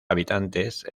habitantes